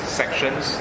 sections